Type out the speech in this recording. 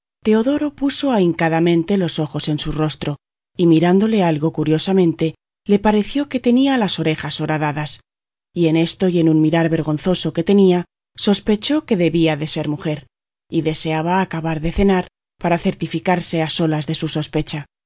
teodoro puso ahincadamente los ojos en su rostro y mirándole algo curiosamente le pareció que tenía las orejas horadadas y en esto y en un mirar vergonzoso que tenía sospechó que debía de ser mujer y deseaba acabar de cenar para certificarse a solas de su sospecha